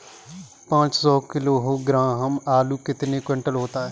पाँच सौ किलोग्राम आलू कितने क्विंटल होगा?